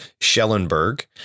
Schellenberg